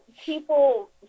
people